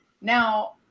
Now